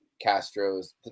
Castro's